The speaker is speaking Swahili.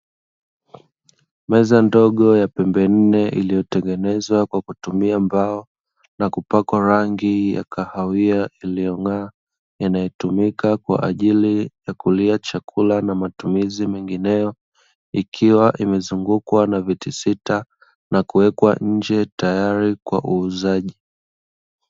Meza ndogo ya pembe nne iliyotengenezwa kwa kutumia mbao, na kupakwa rangi ya kahawia iliyong'aa, inayotumika kwa ajili ya kulia chakula na matumizi mengineyo. Ikiwa imezungukwa na viti sita, na kuwekwa nje tayari kwa uuzaji.